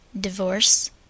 divorce